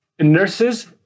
nurses